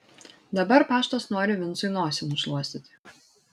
dabar paštas nori vincui nosį nušluostyti